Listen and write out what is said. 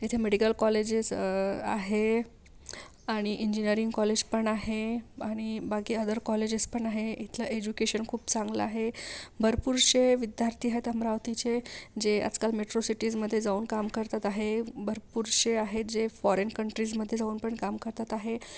येथे medical colleges आहे आणि इंजिनियरिंग कॉलेज पण आहे आणि बाकी अदर कॉलेजेस पण आहे येथे इथलं एज्युकेशन खूप चांगले आहे भरपूरसे विद्यार्थी आहेत अमरावतीचे जे आजकाल मेट्रो सिटीजमध्ये जाऊन काम करतात आहे भरपूरसे आहे जे फॉरेन कंट्रीजमध्ये पण जाऊन पण काम करतात आहे